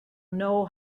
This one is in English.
know